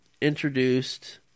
introduced